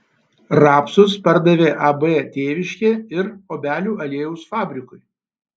rapsus pardavė ab tėviškė ir obelių aliejaus fabrikui